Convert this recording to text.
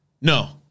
No